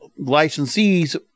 licensees